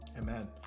Amen